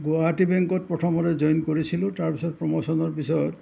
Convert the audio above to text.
গুৱাহাটী বেংকত প্ৰথমতে জইন কৰিছিলোঁ তাৰ পিছত প্ৰমোচনৰ পিছত